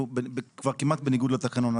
אנחנו כבר כמעט בניגוד לתקנון.